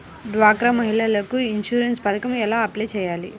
డ్వాక్రా మహిళలకు ఇన్సూరెన్స్ పథకం ఎలా అప్లై చెయ్యాలి?